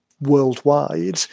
worldwide